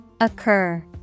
Occur